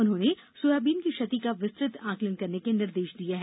उन्होंने सोयाबीन की क्षति का विस्तृत आकलन करने के निर्देश दिए हैं